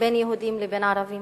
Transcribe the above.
בין יהודים לבין ערבים.